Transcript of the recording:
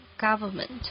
government